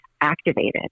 activated